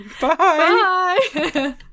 Bye